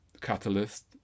catalyst